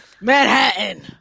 Manhattan